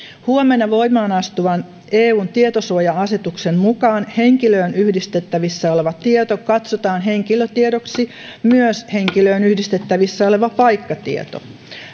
huomenna voimaan astuvan eun tietosuoja asetuksen mukaan henkilöön yhdistettävissä oleva tieto katsotaan henkilötiedoksi myös henkilöön yhdistettävissä oleva paikkatieto